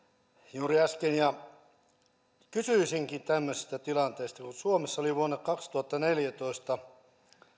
juuri äsken ja kysyisinkin tämmöisestä tilanteesta suomessa oli vuonna kaksituhattaneljätoista